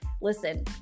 listen